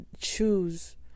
choose